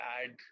add